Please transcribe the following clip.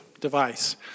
device